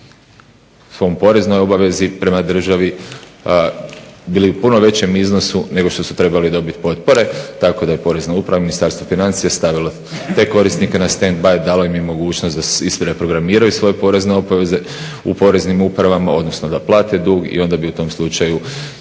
svojoj poreznoj obavezi prema državi bili u puno većem iznosu nego što su trebali dobiti potpore tako da je Porezna uprava i Ministarstvo financija stavilo te korisnike na stand-by, dalo im je mogućnost da isprogramiraju svoje porezne obaveze u poreznim uprava, odnosno da plate dug i onda u tom slučaju